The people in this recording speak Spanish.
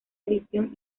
edición